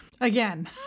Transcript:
Again